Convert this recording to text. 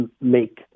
make